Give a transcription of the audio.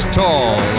tall